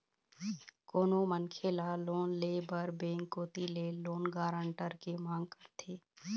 कोनो मनखे ल लोन ले बर बेंक कोती ले लोन गारंटर के मांग करथे